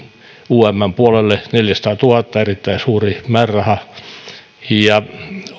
umn puolelle neljäsataatuhatta erittäin suuri määräraha